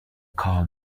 call